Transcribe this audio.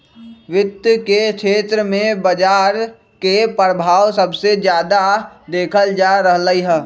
वित्त के क्षेत्र में बजार के परभाव सबसे जादा देखल जा रहलई ह